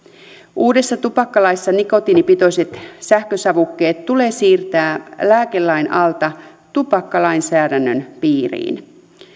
uudessa tupakkalaissa nikotiinipitoiset sähkösavukkeet tulee siirtää lääkelain alta tupakkalainsäädännön piiriin